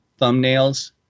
thumbnails